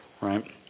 right